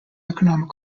economic